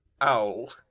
owl